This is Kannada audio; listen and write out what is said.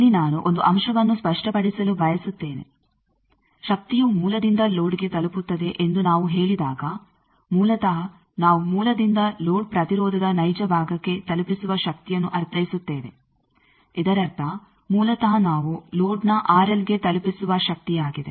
ಇಲ್ಲಿ ನಾನು ಒಂದು ಅಂಶವನ್ನು ಸ್ಪಷ್ಟಪಡಿಸಲು ಬಯಸುತ್ತೇನೆ ಶಕ್ತಿಯು ಮೂಲದಿಂದ ಲೋಡ್ಗೆ ತಲುಪುತ್ತದೆ ಎಂದು ನಾವು ಹೇಳಿದಾಗ ಮೂಲತಃ ನಾವು ಮೂಲದಿಂದ ಲೋಡ್ ಪ್ರತಿರೋಧದ ನೈಜ ಭಾಗಕ್ಕೆ ತಲುಪಿಸುವ ಶಕ್ತಿಯನ್ನು ಅರ್ಥೈಸುತ್ತೇವೆ ಇದರರ್ಥ ಮೂಲತಃ ನಾವು ಲೋಡ್ನ ಗೆ ತಲುಪಿಸುವ ಶಕ್ತಿಯಾಗಿದೆ